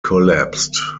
collapsed